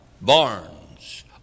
barns